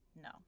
No